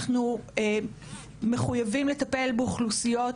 אנחנו מחוייבים לטפל האוכלוסיות